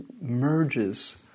merges